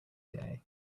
day